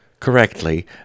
correctly